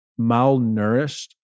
malnourished